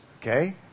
okay